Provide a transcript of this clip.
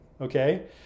okay